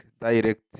direct